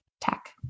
tech